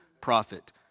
prophet